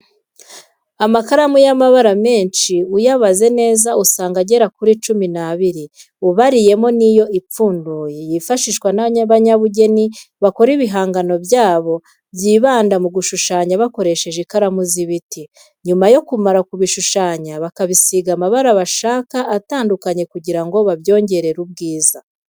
Amakaramu y'amabara menshi, uyabaze neza usanga agera kuri cumi n'abiri ubariyemo n'iyo ipfunduye. Yifashishwa n'abanyabugeni bakora ibihangano byabo byibanda mu gushushanya bakoresheje ikaramu z'ibiti, nyuma yo kumara kubishushanya bakabisiga amabara bashaka atandukanye kugira ngo babyongerere ubwiza.